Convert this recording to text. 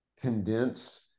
condensed